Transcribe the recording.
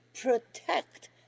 protect